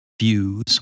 views